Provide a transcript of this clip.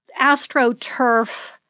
astroturf